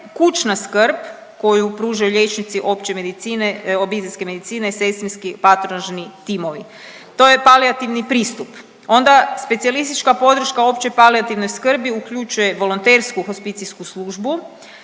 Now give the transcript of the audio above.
kućna skrb koju pružaju liječnici opće medicine, obiteljske medicine, sestrinski, patronažni timovi. To je palijativni pristup. Onda specijalistička podrška opće palijativne skrbi uključuje volontersku hospicijsku službu,